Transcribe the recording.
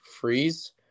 Freeze